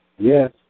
Yes